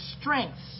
strengths